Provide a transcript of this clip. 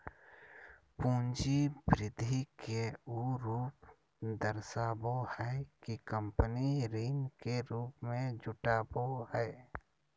पूंजी वृद्धि के उ रूप दर्शाबो हइ कि कंपनी ऋण के रूप में जुटाबो हइ